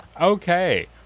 Okay